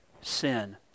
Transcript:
sin